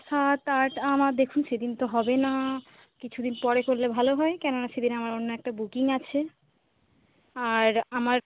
সাত আট আমার দেখুন সেদিন তো হবে না কিছু দিন পরে করলে ভালো হয় কেননা সেদিন আমার অন্য একটা বুকিং আছে আর আমার